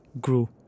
grew